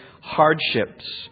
hardships